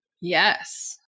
Yes